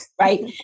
right